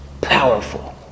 powerful